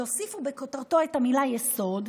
יוסיפו בכותרתו את המילה "יסוד",